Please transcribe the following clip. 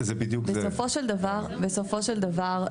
בסופו של דבר,